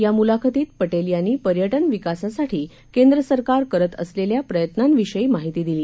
या मुलाखतीत पटेल यांनी पर्यटन विकासासाठी केंद्र सरकार करत असलेल्या प्रयत्नांविषयी माहिती दिली